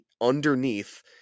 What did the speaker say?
underneath